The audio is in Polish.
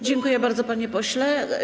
Dziękuję bardzo, panie pośle.